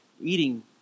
eating